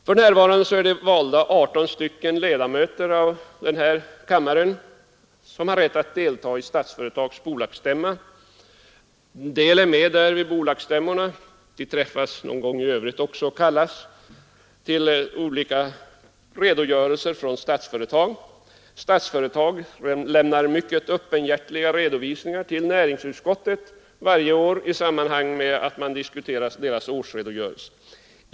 För närvarande är det 18 av den här kammaren valda ledamöter som har rätt att delta i Statsföretags bolagsstämma. En del är med vid bolagsstämmorna — de träffas någon gång i övrigt också och får olika redogörelser från Statsföretag. Vidare lämnar Statsföretag mycket öppenhjärtiga redovisningar till näringsutskottet varje år i samband med att företagets årsredogörelse diskuteras.